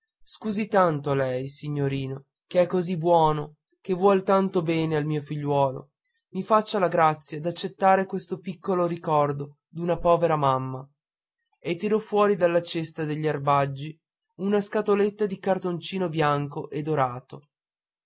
scusi tanto lei signorino che è così buono che vuol tanto bene al mio figlio mi faccia la grazia d'accettare questo piccolo ricordo d'una povera mamma e tirò fuori dalla cesta degli erbaggi una scatoletta di cartoncino bianco e dorato